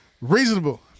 Reasonable